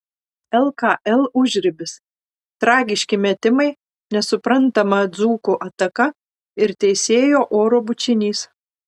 lkl užribis tragiški metimai nesuprantama dzūkų ataka ir teisėjo oro bučinys